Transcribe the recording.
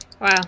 wow